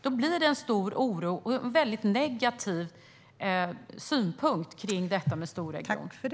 Detta leder till en väldigt negativ syn på storregioner.